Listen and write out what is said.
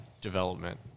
development